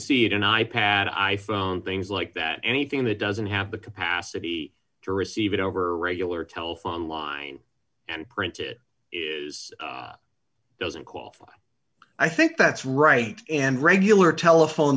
see it in i pad i phone things like that anything that doesn't have the capacity to receive it over regular telephone line and print it doesn't qualify i think that's right and regular telephone